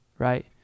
right